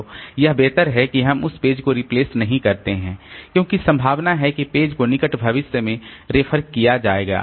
तो यह बेहतर है कि हम उस पेज को रिप्लेस नहीं करते हैं क्योंकि संभावना है कि पेज को निकट भविष्य में फिर से रेफर किया जाएगा